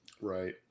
Right